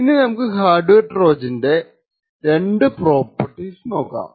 ഇനി നമുക്ക് hardware ട്രോജന്റെ രണ്ടു പ്രോപ്പർട്ടീസ് നോക്കാം